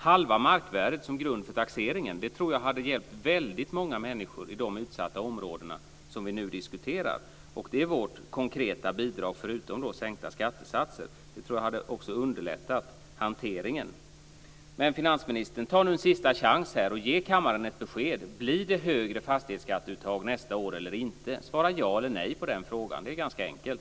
Halva markvärdet som grund för taxeringen, tror jag hade hjälpt väldigt många människor i de utsatta områden som vi nu diskuterar, och det är vårt konkreta bidrag, förutom sänkta skattesatser. Det tror jag också hade underlättat hanteringen. Men, finansministern, ta nu en sista chans och ge kammaren ett besked: Blir det högre fastighetsskatteuttag nästa år eller inte? Svara ja eller nej på frågan. Det är ganska enkelt.